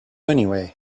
anyway